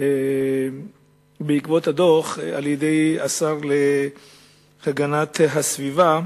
בעקבות הדוח על-ידי השר להגנת הסביבה.